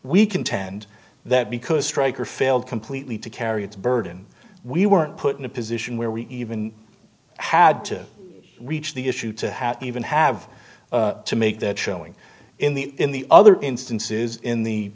we contend that because stryker failed completely to carry its burden we were put in a position where we even had to reach the issue to have even have to make that showing in the in the other instances in the